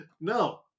No